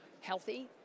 healthy